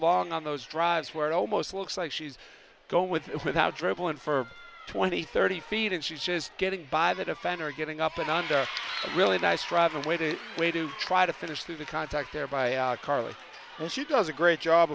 long on those drives where it almost looks like she's go with it without dribbling for twenty thirty feet and she's just getting by that a fan or getting up and on a really nice drive away that way to try to finish through the contact there by carla and she does a great job